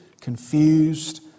confused